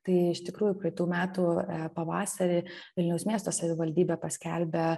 tai iš tikrųjų praeitų metų pavasarį vilniaus miesto savivaldybė paskelbė